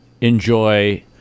enjoy